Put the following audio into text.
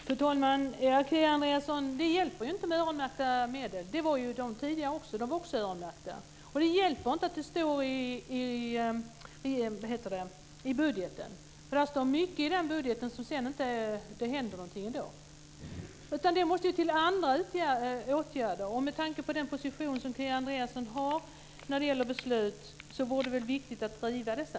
Fru talman! Kia Andreasson, det hjälper inte med öronmärkta pengar. Det var ju de tidigare medlen också. De var också öronmärkta. Det hjälper inte heller att det står i budgeten. Där står det mycket som det sedan inte händer mycket med ändå. Det måste till andra åtgärder. Med tanke på den position som Kia Andreasson har när det gäller beslut vore det väl viktigt att driva detta.